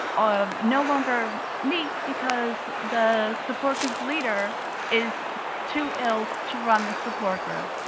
um no longer meet because the support group leader is too ill to run the support group,